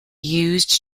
used